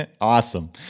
Awesome